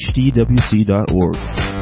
hdwc.org